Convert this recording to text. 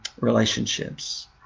relationships